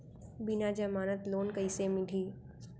बिना जमानत लोन कइसे मिलही?